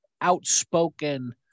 outspoken